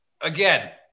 Again